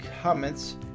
comments